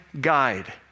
guide